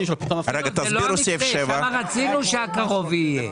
שם רצינו שהקרוב יהיה.